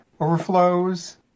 overflows